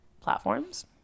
platforms